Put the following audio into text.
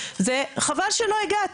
שחבל שלא הגעת,